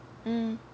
mm